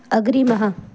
अग्रिमः